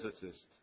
physicist